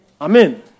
Amen